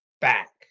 back